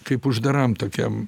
kaip uždaram tokiam